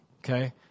okay